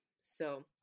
so-